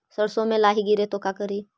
सरसो मे लाहि गिरे तो का करि?